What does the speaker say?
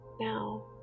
Now